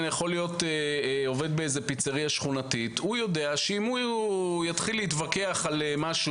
עובד בפיצרייה שכונתית יודע שאם הוא יתחיל להתווכח על משהו